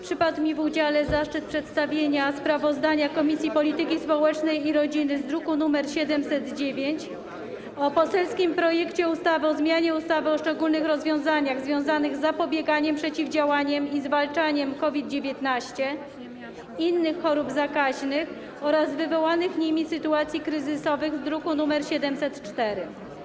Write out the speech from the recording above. Przypadł mi w udziale zaszczyt przedstawienia sprawozdania Komisji Polityki Społecznej i Rodziny, druk nr 709, o poselskim projekcie ustawy o zmianie ustawy o szczególnych rozwiązaniach związanych z zapobieganiem, przeciwdziałaniem i zwalczaniem COVID-19, innych chorób zakaźnych oraz wywołanych nimi sytuacji kryzysowych, druk nr 704.